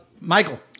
Michael